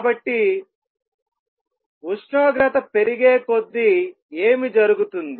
కాబట్టి ఉష్ణోగ్రత పెరిగేకొద్దీ ఏమి జరుగుతుంది